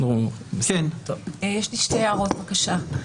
שתי הערות בבקשה.